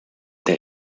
der